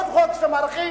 עוד חוק שמרחיב,